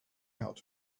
out